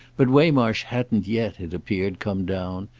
but waymarsh hadn't yet, it appeared, come down,